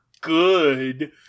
good